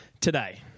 today